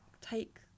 take